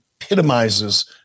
epitomizes